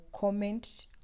comment